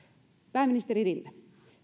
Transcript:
pääministeri rinne